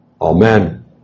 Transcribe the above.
Amen